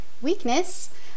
weakness